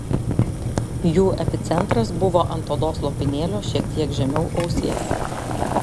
jų epicentras buvo ant odos lopinėlio šiek tiek žemiau ausies